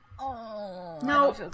No